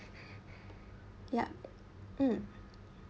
yup mm